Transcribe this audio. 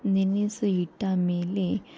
ನೆನೆಸಿ ಇಟ್ಟ ಮೇಲೆ